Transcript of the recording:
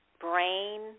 brain